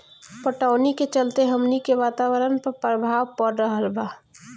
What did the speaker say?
पटवनी के चलते हमनी के वातावरण पर प्रभाव पड़ रहल बा